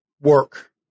work